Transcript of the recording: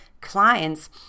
clients